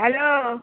hello